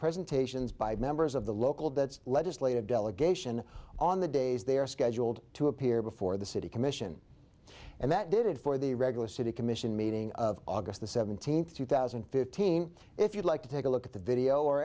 presentations by members of the local that's legislative delegation on the days they are scheduled to appear before the city commission and that did it for the regular city commission meeting of august the seventeenth two thousand and fifteen if you'd like to take a look at the video or